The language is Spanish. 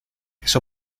eso